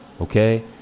okay